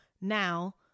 Now